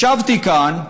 ישבתי כאן,